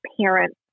parents